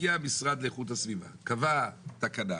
הגיע המשרד לאיכות הסביבה, קבע תקנה.